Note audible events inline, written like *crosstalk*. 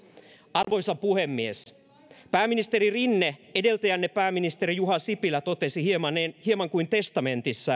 arvoisa puhemies pääministeri rinne edeltäjänne pääministeri juha sipilä totesi hieman kuin testamenttinaan *unintelligible*